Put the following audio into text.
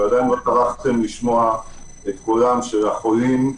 ועדיין לא טרחתם לשמוע את קולם של החולים,